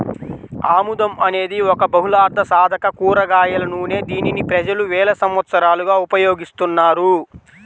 ఆముదం అనేది ఒక బహుళార్ధసాధక కూరగాయల నూనె, దీనిని ప్రజలు వేల సంవత్సరాలుగా ఉపయోగిస్తున్నారు